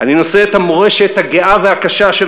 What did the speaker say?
אני נושא את המורשת הגאה והקשה של